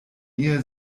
ihr